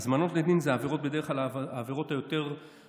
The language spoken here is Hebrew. הזמנות לדין הן בדרך כלל העבירות היותר-חמורות.